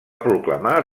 proclamar